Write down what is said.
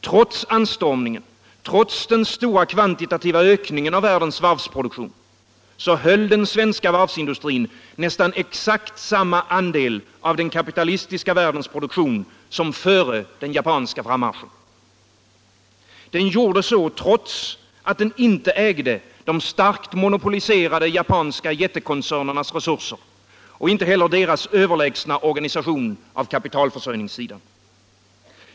Trots anstormningen, trots den stora kvantitativa ökningen av världens varvsproduktion, höll den svenska varvsindustrin nästan exakt samma andel av den kapitalistiska världens produktion som före den japanska frammarschen. Den gjorde så trots att den inte ägde de starkt monopoliserade japanska jättekoncernernas resurser och inte heller deras överlägsna organisation av kapitalförsörjningssidan.